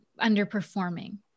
underperforming